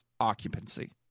occupancy